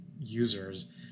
users